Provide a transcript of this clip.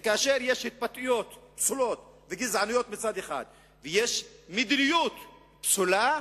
כאשר יש התבטאויות פסולות וגזעניות ומדיניות פסולה,